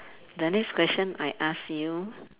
the next question I ask you